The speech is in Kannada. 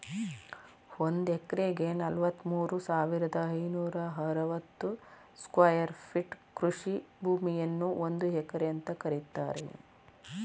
ಒಂದ್ ಎಕರೆಗೆ ನಲವತ್ಮೂರು ಸಾವಿರದ ಐನೂರ ಅರವತ್ತು ಸ್ಕ್ವೇರ್ ಫೀಟ್ ಕೃಷಿ ಭೂಮಿಯನ್ನು ಒಂದು ಎಕರೆ ಅಂತ ಕರೀತಾರೆ